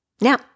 Now